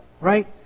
right